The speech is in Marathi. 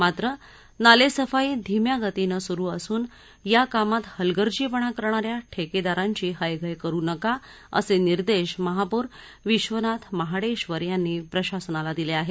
मात्र नालेसफाई धिम्या गतीनं सुरू असूनं या कामांत हलगर्जीपणा करणाऱ्या ठेकेदारांची हयगय करू नका असे निर्देश महापौर विश्वनाथ महाडेश्वर यांनी प्रशासनाला दिले आहेत